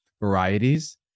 varieties